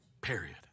Period